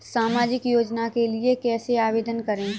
सामाजिक योजना के लिए कैसे आवेदन करें?